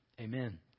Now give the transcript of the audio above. amen